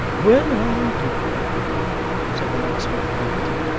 when i do said the locksmith quietly,